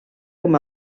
com